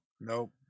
Nope